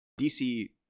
DC